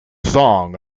song